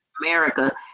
America